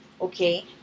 okay